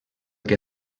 que